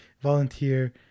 volunteer